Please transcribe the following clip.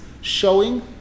Showing